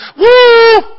woo